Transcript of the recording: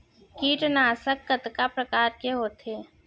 कीटनाशक कतका प्रकार के होथे?